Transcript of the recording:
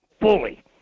fully